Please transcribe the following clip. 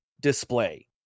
display